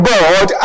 God